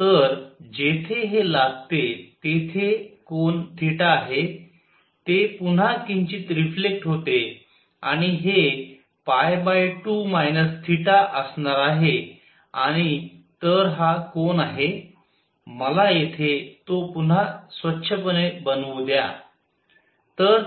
तर जेथे हे लागते तेथे कोन थिटा आहे ते पुन्हा किंचित रिफ्लेक्ट होते आणि हे 2 θअसणार आहे आणि तर हा कोन मला येथे तो पुन्हा स्वच्छपणे बनवू द्या